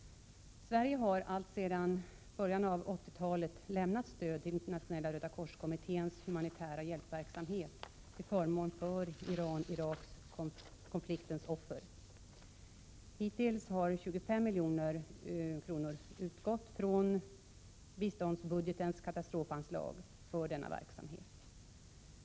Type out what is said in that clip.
Sverige har alltsedan början av 80-talet lämnat stöd till Internationella rödakorskommitténs humanitära hjälpverksamhet till förmån för Iran—Irak-konfliktens offer. Hittills har ca 25 milj.kr. utgått från biståndsbudgetens katastrofanslag för denna verksamhet.